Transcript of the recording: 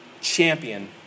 champion